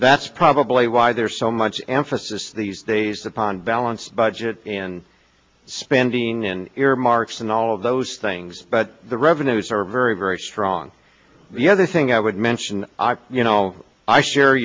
that's probably why there's so much emphasis these days upon balanced budget and spending and earmarks and all of those things but the revenues are very very strong the other thing i would mention you know i share